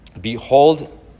Behold